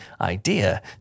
idea